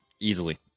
Easily